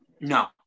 No